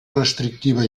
restrictiva